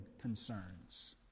concerns